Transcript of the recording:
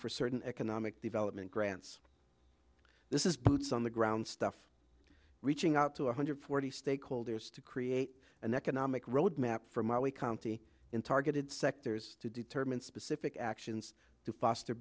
for certain economic development grants this is boots on the ground stuff reaching out to one hundred forty stakeholders to create an economic roadmap for my way county in targeted sectors to determine specific actions to foster